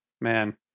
man